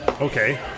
Okay